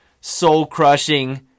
soul-crushing